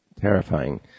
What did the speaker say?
terrifying